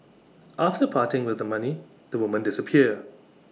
after parting with the money the women disappear